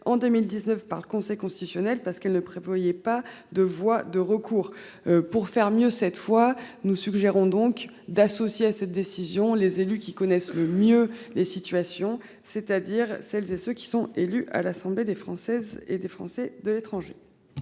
en 2019 par le Conseil constitutionnel parce qu'elle ne prévoyait pas de voie de recours. Pour faire mieux cette fois nous suggérons donc d'associer à cette décision. Les élus qui connaissent le mieux les situations, c'est-à-dire celles et ceux qui sont élus à l'assemblée des Françaises et des Français de l'étranger.